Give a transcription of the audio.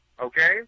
Okay